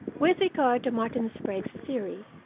with regard to martin sprague's theory,